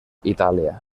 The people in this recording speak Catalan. itàlia